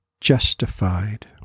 justified